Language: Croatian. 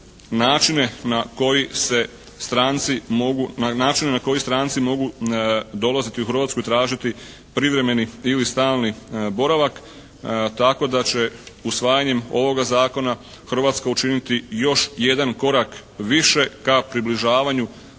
način na koji stranci mogu dolaziti u Hrvatsku i tražiti privremeni ili stalni boravak tako da će usvajanjem ovoga Zakona Hrvatska učiniti još jedan korak više ka približavanju